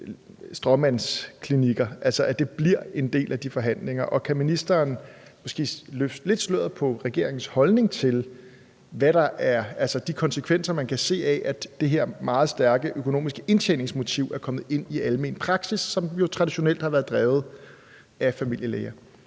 stråmandsklinikker, altså at det bliver en del af de forhandlinger? Og kan ministeren måske løfte lidt af sløret for regeringens holdning til de konsekvenser, man kan se, af, at det her meget stærke økonomiske indtjeningsmotiv er kommet ind i almen praksis, som jo traditionelt har været drevet af familielæger?